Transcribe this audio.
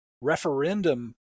referendum